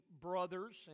brothers